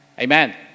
Amen